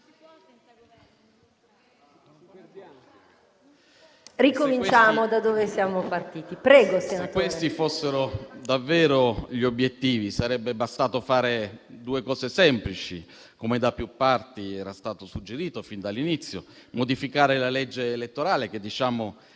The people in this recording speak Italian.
Ricominciamo da dove siamo partiti. LOSACCO *(PD-IDP)*. Se questi fossero davvero gli obiettivi, sarebbe bastato fare due cose semplici, come da più parti era stato suggerito fin dall'inizio: modificare la legge elettorale, che ha